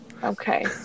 Okay